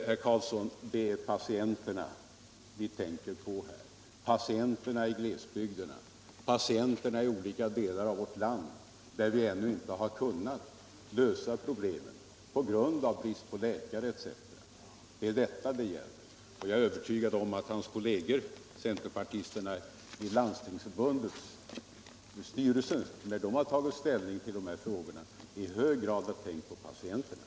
Herr Carlsson, det är patienterna vi tänker på — patienterna i glesbygderna, patienterna i olika delar av vårt land där vi ännu inte kunnat lösa problemen på grund av brist på läkare etc. Det är detta det gäller. Jag är övertygad om att herr Carlssons kolleger, centerpartisterna i Landstingsförbundets styrelse, i hög grad tänkt på patienterna när de tagit ställning i dessa frågor.